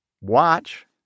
watch